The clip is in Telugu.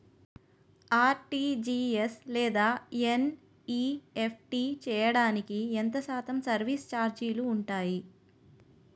ఆర్.టీ.జీ.ఎస్ లేదా ఎన్.ఈ.ఎఫ్.టి చేయడానికి ఎంత శాతం సర్విస్ ఛార్జీలు ఉంటాయి?